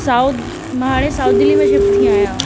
south मां हाणे south दिल्लीअ में शिफ्ट थी आहियां